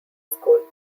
school